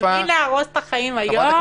למי נהרוס את החיים היום?